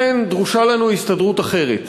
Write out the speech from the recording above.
לכן, דרושה לנו הסתדרות אחרת,